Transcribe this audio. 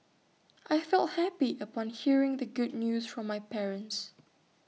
I felt happy upon hearing the good news from my parents